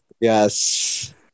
Yes